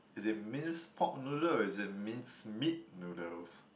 is it minced pork noodles or is it minced meat noodles